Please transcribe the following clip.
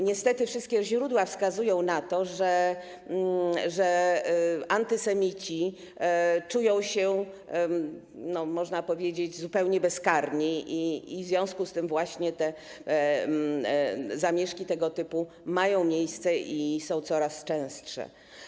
Niestety, wszystkie źródła wskazują na to, że antysemici czują się, można powiedzieć, zupełnie bezkarni i w związku z tym zamieszki tego typu mają miejsce i są coraz częstsze.